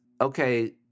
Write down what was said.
Okay